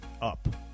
up